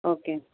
okay